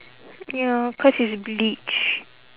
ya cause it's bleach